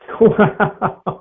Wow